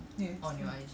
yes yes